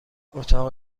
اتاق